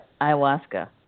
ayahuasca